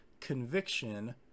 Conviction